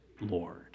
Lord